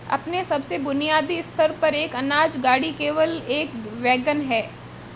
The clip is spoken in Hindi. अपने सबसे बुनियादी स्तर पर, एक अनाज गाड़ी केवल एक वैगन है